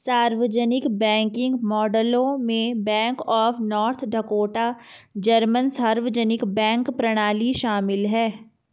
सार्वजनिक बैंकिंग मॉडलों में bank of North Dakota German सार्वजनिक बैंक प्रणाली शामिल है